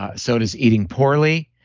ah so does eating poorly,